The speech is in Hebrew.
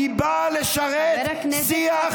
היא באה לשרת שיח שנותן,